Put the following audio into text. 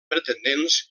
pretendents